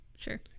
sure